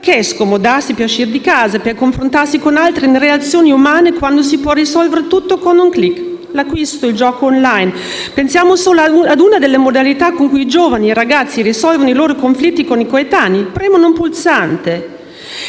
perché scomodarsi a uscire di casa e confrontarsi con altri in relazioni umane quando si può risolvere tutto con un *click*, l'acquisto e il gioco *online*? Pensiamo solo a una delle modalità con cui i giovani risolvono i loro conflitti con i coetanei: premono un pulsante;